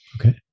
Okay